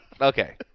Okay